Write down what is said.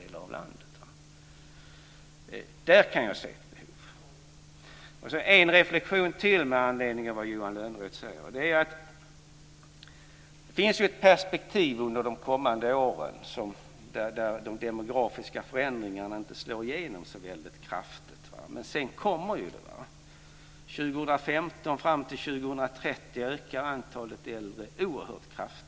Jag vill göra ytterligare en reflexion med anledning av vad Johan Lönnroth säger. Det finns under de kommande åren ett perspektiv där de demografiska förändringarna inte slår igenom så kraftigt. Men under perioden 2015-2030 ökar antalet äldre oerhört kraftigt.